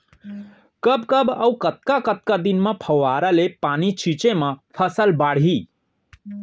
कब कब अऊ कतका कतका दिन म फव्वारा ले पानी छिंचे म फसल बाड़ही?